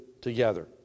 together